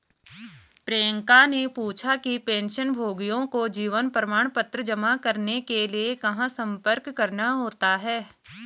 प्रियंका ने पूछा कि पेंशनभोगियों को जीवन प्रमाण पत्र जमा करने के लिए कहाँ संपर्क करना होता है?